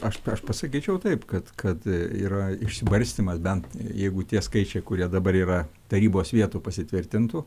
aš pasakyčiau taip kad kad yra išsibarstymas bent jeigu tie skaičiai kurie dabar yra tarybos vietų pasitvirtintų